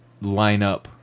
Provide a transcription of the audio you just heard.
lineup